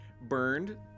burned